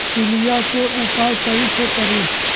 पीलिया के उपाय कई से करी?